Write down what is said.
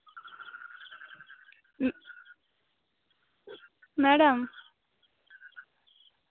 madam